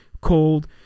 cold